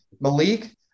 Malik